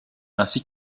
ainsi